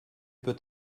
peut